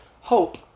hope